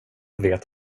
vet